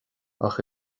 ach